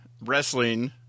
wrestling –